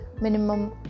Minimum